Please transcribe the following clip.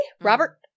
Robert